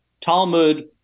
Talmud